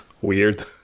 weird